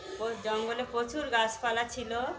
জঙ্গলে প্রচুর গাছপালা ছিল